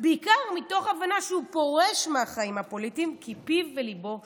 בעיקר מתוך הבנה שהוא פורש מהחיים הפוליטיים כי פיו וליבו שווים.